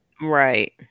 Right